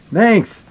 Thanks